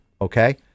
Okay